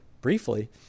briefly